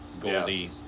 Goldie